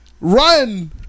run